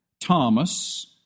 Thomas